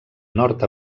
nord